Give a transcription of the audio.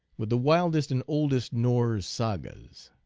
with the wildest and oldest norse sagas.